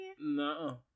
No